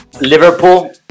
liverpool